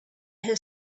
his